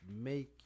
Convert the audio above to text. make